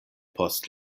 post